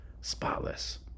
spotless